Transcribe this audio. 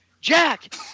Jack